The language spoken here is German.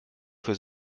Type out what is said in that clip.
für